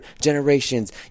generations